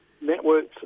networks